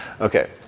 Okay